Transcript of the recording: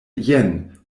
jen